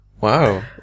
Wow